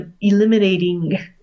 eliminating